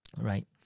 Right